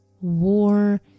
war